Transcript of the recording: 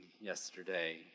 yesterday